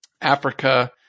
Africa